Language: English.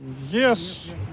Yes